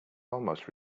almost